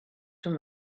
too